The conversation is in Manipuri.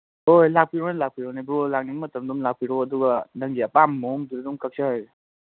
ꯍꯣꯏ ꯂꯥꯛꯄꯤꯔꯣꯅꯦ ꯂꯥꯛꯄꯤꯔꯣꯅꯦ ꯕ꯭ꯔꯣꯅ ꯂꯥꯛꯅꯤꯡ ꯃꯇꯝꯗ ꯑꯗꯨꯝ ꯂꯥꯛꯄꯤꯔꯣ ꯑꯗꯨꯒ ꯅꯪꯒꯤ ꯑꯄꯥꯝꯕ ꯃꯑꯣꯡꯗꯨꯗ ꯑꯗꯨꯝ ꯀꯛꯆꯔꯒꯦ